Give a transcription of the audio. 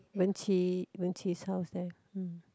Wen-Qi Wen-Qi's house there hmm